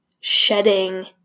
shedding